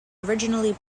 originally